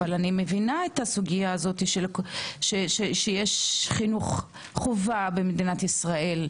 אבל אני מבינה את הסוגייה הזאתי שיש חינוך חובה במדינת ישראל,